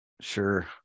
Sure